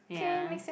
ya